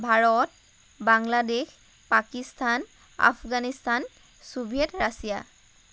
Bharat Bangladesh Pakistan Afghanistan Soviet Russia